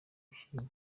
ushima